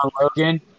Logan